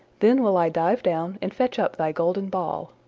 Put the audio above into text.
then will i dive down and fetch up thy golden ball.